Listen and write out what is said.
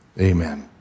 Amen